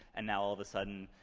and now all of a sudden,